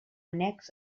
annex